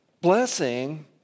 blessing